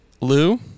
Lou